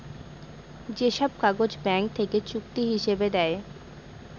যে সব কাগজ ব্যাঙ্ক থেকে চুক্তি হিসাবে দেয়